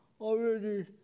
already